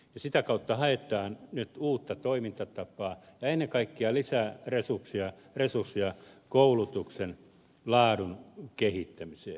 sitä kautta haetaan nyt uutta toimintatapaa ja ennen kaikkea lisää resursseja koulutuksen laadun kehittämiseen